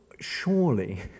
Surely